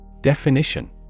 Definition